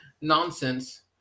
nonsense